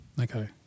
Okay